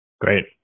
Great